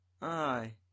aye